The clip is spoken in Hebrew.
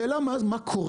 השאלה מה קורה,